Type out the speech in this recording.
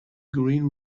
green